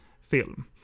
film